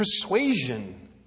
persuasion